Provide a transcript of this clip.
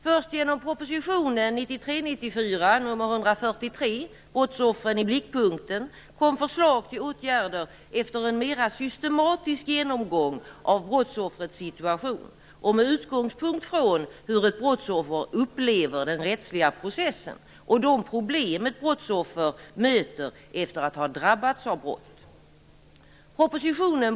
Först genom proposition 1993/94:143, Brottsoffren i blickpunkten, kom förslag till åtgärder efter en mera systematisk genomgång av brottsoffrets situation med utgångspunkt från hur ett brottsoffer upplever den rättsliga processen och de problem ett brottsoffer möter efter att ha drabbats av brott.